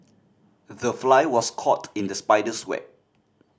the fly was caught in the spider's web